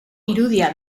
irudia